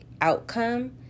outcome